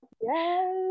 yes